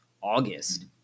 August